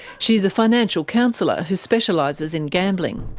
she's a financial counsellor who specialises in gambling.